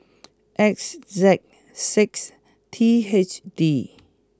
X Z six T H D